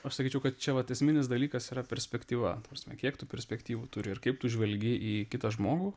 aš sakyčiau kad čia vat esminis dalykas yra perspektyva ta prasme kiek tu perspektyvų turi ir kaip tu žvelgi į kitą žmogų